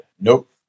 Nope